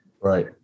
Right